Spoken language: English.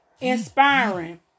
inspiring